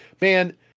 man